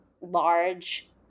large